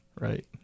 right